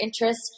interest